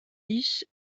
lisses